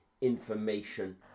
information